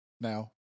Now